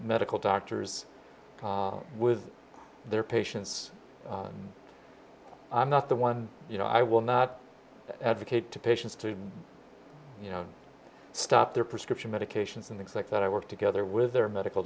medical doctors with their patients i'm not the one you know i will not advocate to patients to you know stop their prescription medications and it's like that i work together with their medical